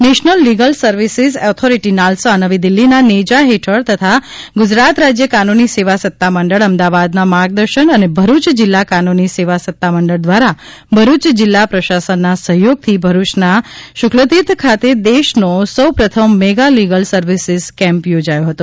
national legal services ઓથોરીટીનાલસા નવી દિલ્હીના નેજા ફેઠળ તથા ગુજરાત રાજ્ય કાનુની સેવા સત્તા મંડળ અમદાવાદના માર્ગદર્શન અને ભરૂચ જિલ્લા કાનુની સેવા સત્તા મંડળ દ્વારા ભરૂચ જિલ્લા પ્રશાસનના સહયોગથી ભરૂચના શુકલતીર્થ ખાતે દેશનો સૌપ્રથમ મેગા લીગલ સર્વિસીસ કેમ્પ યોજાયો હતો